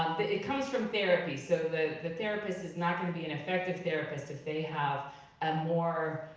it comes from therapy. so the therapist is not gonna be an effective therapist if they have a more,